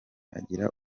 agira